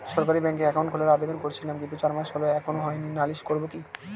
সরকারি ব্যাংকে একাউন্ট খোলার আবেদন করেছিলাম কিন্তু চার মাস হল এখনো হয়নি নালিশ করব কি?